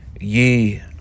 ye